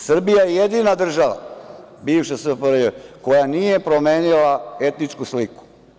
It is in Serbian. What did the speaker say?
Srbija je jedina država bivše SFRJ koja nije promenila etničku sliku.